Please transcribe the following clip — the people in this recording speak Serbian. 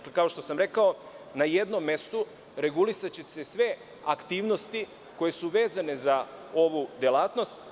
Kao što sam rekao, na jednom mestu regulisaće se sve aktivnosti koje su vezane za ovu delatnost.